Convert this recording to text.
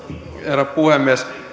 herra puhemies